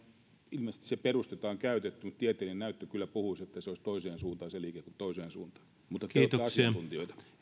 ilmeisesti se peruste jota on käytetty mutta tieteellinen näyttö kyllä puhuisi että se liike olisi enemmän toiseen suuntaan kuin toiseen suuntaan mutta kuunnelkaa asiantuntijoita